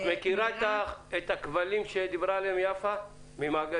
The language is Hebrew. את מכירה את הכבלים והחסמים שדיברה עליהם יפה ממעגלים?